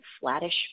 flattish